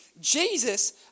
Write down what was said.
Jesus